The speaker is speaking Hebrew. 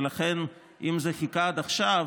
ולכן, אם זה חיכה עד עכשיו,